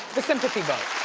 the sympathy vote.